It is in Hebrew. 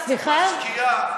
הקואליציה שלך.